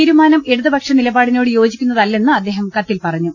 തീരുമാനം ഇടതുപക്ഷ നിലപാടി നോട് യോജിക്കുന്നതല്ലെന്ന് അദ്ദേഹം കത്തിൽ പറഞ്ഞു